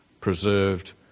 preserved